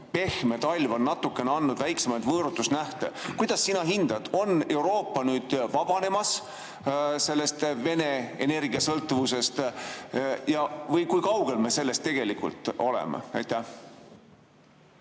pehme talv on andnud natukene väiksemaid võõrutusnähte. Kuidas sina hindad, on Euroopa nüüd vabanemas sellest Vene energia sõltuvusest või kui kaugel me sellest tegelikult oleme? Suur